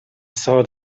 saw